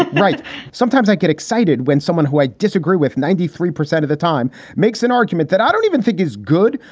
right sometimes i get excited when someone who i disagree with ninety three percent of the time makes an argument that i don't even think is good.